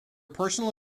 personal